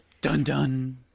Dun-dun